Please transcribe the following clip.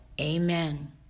amen